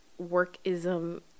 workism